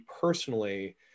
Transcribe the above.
personally